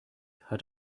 hat